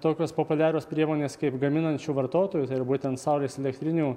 tokios populiarios priemonės kaip gaminančių vartotojų tai ir būtent saulės elektrinių